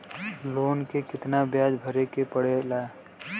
Loan के कितना ब्याज भरे के पड़े ला?